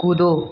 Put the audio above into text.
कूदो